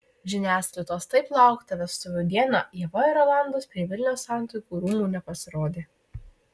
žiniasklaidos taip lauktą vestuvių dieną ieva ir rolandas prie vilniaus santuokų rūmų nepasirodė